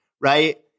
Right